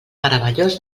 meravellós